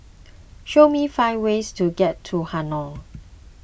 Show me five ways to get to Hanoi